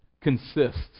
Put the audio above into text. consists